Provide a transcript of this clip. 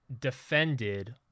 defended